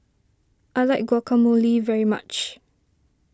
I like Guacamole very much